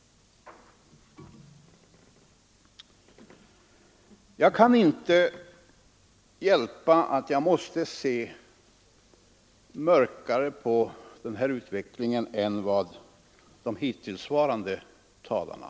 Jag kan inte hjälpa att jag ser mörkare på utvecklingen än de föregående talarna.